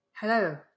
Hello